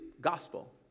gospel